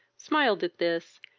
smiled at this,